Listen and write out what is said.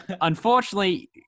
Unfortunately